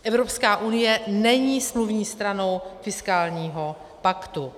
Evropská unie není smluvní stranou fiskálního paktu.